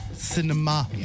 Cinema